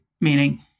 meaning